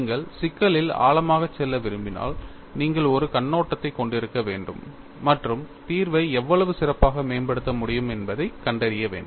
நீங்கள் சிக்கலில் ஆழமாகச் செல்ல விரும்பினால் நீங்கள் ஒரு கண்ணோட்டத்தைக் கொண்டிருக்க வேண்டும் மற்றும் தீர்வை எவ்வளவு சிறப்பாக மேம்படுத்த முடியும் என்பதைக் கண்டறிய வேண்டும்